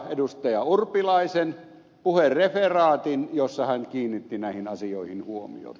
urpilaisen puhereferaatin jossa hän kiinnitti näihin asioihin huomiota